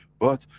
but,